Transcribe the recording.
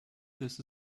this